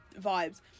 vibes